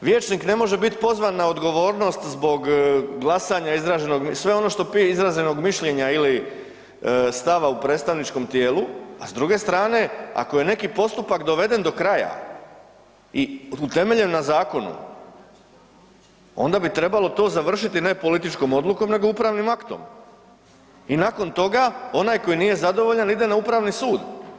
vijećnik ne može biti pozvan na odgovornost zbog glasanja izraženog, sve ono što .../nerazumljivo/... izraženog mišljenja ili stava u predstavničkom tijelu, a s druge strane, ako je neki postupak doveden do kraja i temeljen na zakonu, onda bi trebalo to završiti ne političkom odlukom nego upravnim aktom i nakon toga onaj koji nije zadovoljan ide na upravni sud.